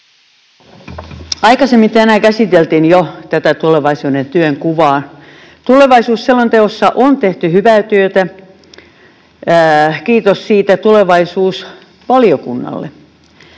Aikaisemmin tänään käsiteltiin jo tätä tulevaisuuden työn kuvaa. Tulevaisuusselonteossa on tehty hyvää työtä, kiitos siitä tulevaisuusvaliokunnalle.